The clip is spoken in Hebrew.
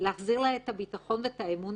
להחזיר לה את הביטחון ואת האמון